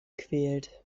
quält